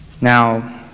Now